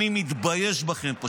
אני מתבייש בכם,